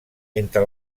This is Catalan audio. entre